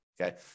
Okay